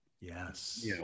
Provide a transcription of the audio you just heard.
Yes